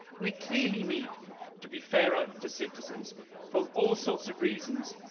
we clearly need to be fairer to citizens for all sorts of reasons.